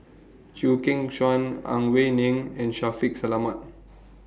Chew Kheng Chuan Ang Wei Neng and Shaffiq Selamat